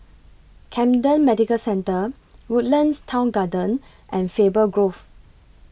Camden Medical Centre Woodlands Town Garden and Faber Grove